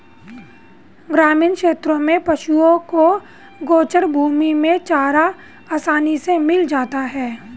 ग्रामीण क्षेत्रों में पशुओं को गोचर भूमि में चारा आसानी से मिल जाता है